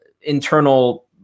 internal